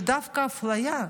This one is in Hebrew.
זו דווקא אפליה.